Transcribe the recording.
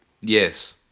Yes